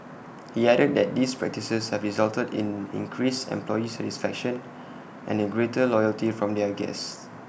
he added that these practices have resulted in increased employee satisfaction and A greater loyalty from their guests